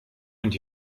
und